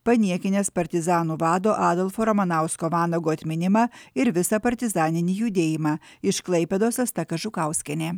paniekinęs partizanų vado adolfo ramanausko vanago atminimą ir visą partizaninį judėjimą iš klaipėdos asta kažukauskienė